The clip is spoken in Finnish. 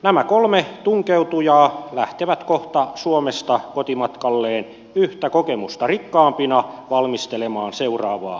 nämä kolme tunkeutujaa lähtevät kohta suomesta kotimatkalleen yhtä kokemusta rikkaampina valmistelemaan seuraavaa rötöstä